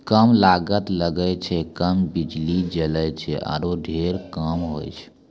कम लागत लगै छै, कम बिजली जलै छै आरो ढेर काम होय छै